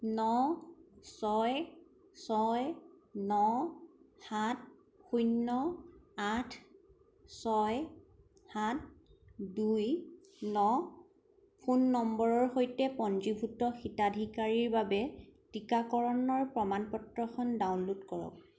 ন ছয় ছয় ন সাত শূন্য আঠ ছয় সাত দুই ন ফোন নম্বৰৰ সৈতে পঞ্জীভুক্ত হিতাধিকাৰীৰৰ বাবে টীকাকৰণৰ প্ৰমাণ পত্ৰখন ডাউনলোড কৰক